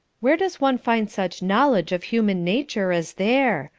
where does one find such knowledge of human nature as there?